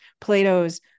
Plato's